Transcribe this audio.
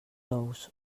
ous